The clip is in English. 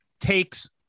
takes